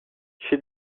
she